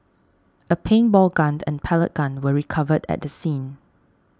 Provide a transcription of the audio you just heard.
a paintball gun and pellet gun were recovered at the scene